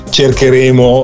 cercheremo